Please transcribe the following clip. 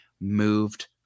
moved